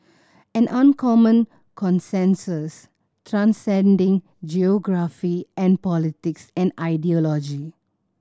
an uncommon consensus transcending geography an politics and ideology